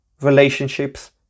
relationships